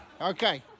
Okay